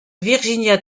virginia